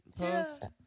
post